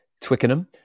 Twickenham